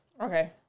Okay